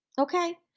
okay